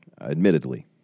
admittedly